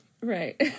right